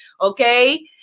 okay